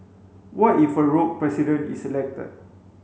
what if a rogue President is elected